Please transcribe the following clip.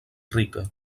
rica